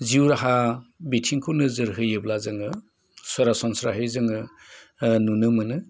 जिउ राहा बिथिंखौ नोजोर होयोब्ला जोङो सरासनस्राहै जोङो नुनो मोनो